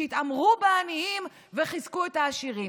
שהתעמרו בעניים וחיזקו את העשירים.